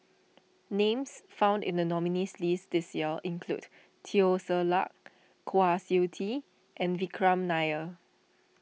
names found in the nominees' list this year include Teo Ser Luck Kwa Siew Tee and Vikram Nair